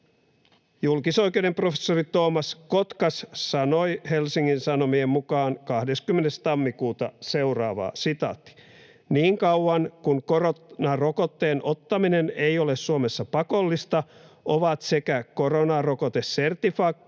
julkisoikeuden professori Toomas Kotkas sanoi Helsingin Sanomien mukaan 20. tammikuuta seuraavaa: ”Niin kauan kun koronarokotteen ottaminen ei ole Suomessa pakollista, ovat sekä koronarokotesertifikaatti